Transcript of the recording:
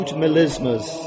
melismas